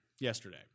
yesterday